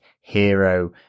hero